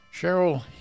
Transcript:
Cheryl